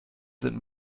sind